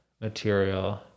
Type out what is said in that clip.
material